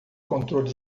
controle